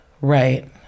Right